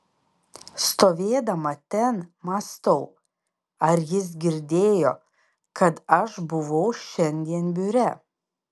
stovėdama ten mąstau ar jis girdėjo kad aš buvau šiandien biure